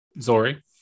Zori